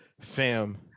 Fam